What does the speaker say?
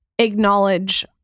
acknowledge